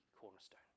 cornerstone